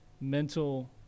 mental